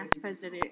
president